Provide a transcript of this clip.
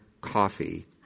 coffee